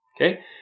Okay